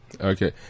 Okay